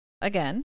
again